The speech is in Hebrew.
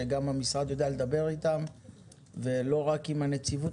שגם המשרד יודע לדבר איתם ולא רק עם הנציבות